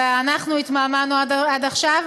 ואנחנו התמהמהנו עד עכשיו.